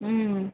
ம்